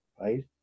right